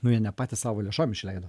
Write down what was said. nu jie ne patys savo lėšom išleido